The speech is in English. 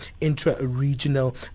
intra-regional